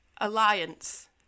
alliance